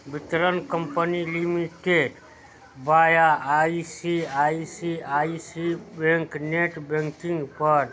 वितरण company limited via I C I C I C bank net बैँकिन्गपर